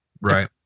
Right